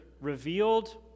revealed